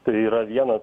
tai yra vienas